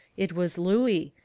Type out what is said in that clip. it was looey,